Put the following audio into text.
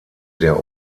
der